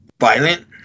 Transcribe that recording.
Violent